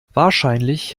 wahrscheinlich